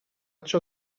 ciò